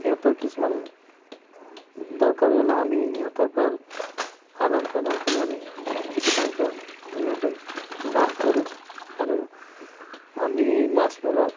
সিহঁতৰ কিছুমান দৰকাৰী হ'লে আমি সিহঁতৰ পৰা আদান প্ৰদান কৰি আমি একেটা অঞ্চলত ধুনীয়াকৈ বাস কৰোঁ আৰু আমি মাছ মৰাৰ